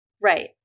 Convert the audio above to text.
Right